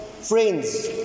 friends